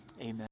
amen